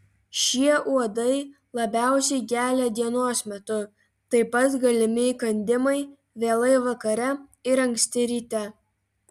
šie uodai labiausiai gelia dienos metu taip pat galimi įkandimai vėlai vakare ir anksti ryte